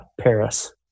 Paris